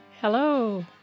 Hello